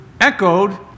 echoed